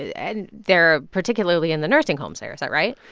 and they're particularly in the nursing homes there. is that right?